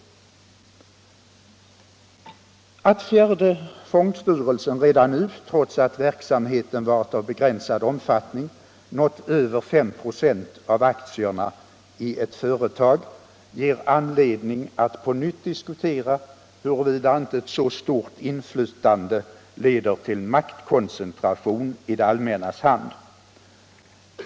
Att fjärde fondstyrelsen redan nu, trots att verksamheten varit av begränsad omfattning, uppnått ett innehav av mer än 5 96 av aktierna i ett företag ger anledning att på nytt diskutera huruvida inte ett så stort inflytande leder till maktkoncentration i det allmännas hand.